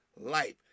life